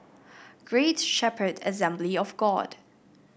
Great Shepherd Assembly of God